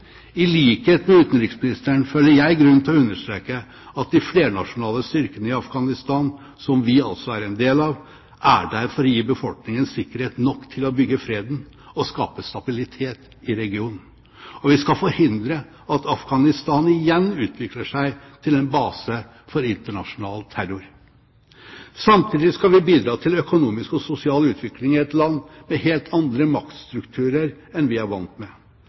I likhet med utenriksministeren føler jeg grunn til å understreke at de flernasjonale styrkene i Afghanistan, som vi altså er en del av, er der for å gi befolkningen sikkerhet nok til å bygge freden og skape stabilitet i regionen. Og vi skal forhindre at Afghanistan igjen utvikler seg til en base for internasjonal terror. Samtidig skal vi bidra til økonomisk og sosial utvikling i et land med helt andre maktstrukturer enn vi er vant med.